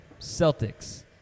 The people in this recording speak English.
Celtics